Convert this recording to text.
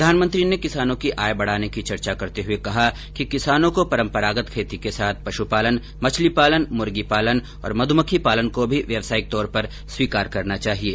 प्रधानमंत्री ने किसानों की आय बढ़ाने की चर्चा करते हुए कहा कि किसानों को परम्परागत खेती के साथ पश्पालन मछलीपालन मुर्गीपालन और मध्मक्खी पालन को भी व्यवसायीक तौर पर स्वीकार करना चाहिये